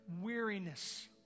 weariness